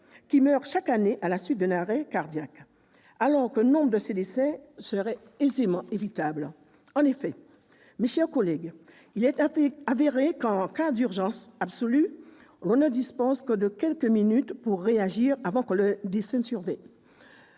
meurent chaque année à la suite d'un arrêt cardiaque, alors que nombre de ces décès seraient aisément évitables. En effet, mes chers collègues, il est avéré qu'en cas d'urgence absolue l'on ne dispose que de quelques minutes pour réagir avant que le décès ne survienne.